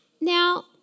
Now